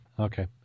Okay